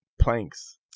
planks